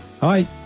Hi